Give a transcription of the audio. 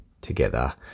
together